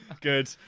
Good